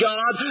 God